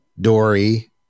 dory